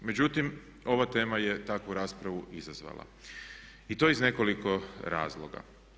Međutim, ova tema je takvu raspravu izazvala i to iz nekoliko razloga.